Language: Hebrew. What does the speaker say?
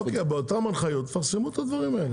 אוקיי, באותן להנחיות תפרסמו את הדברים האלה.